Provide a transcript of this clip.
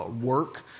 work